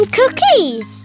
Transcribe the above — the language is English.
cookies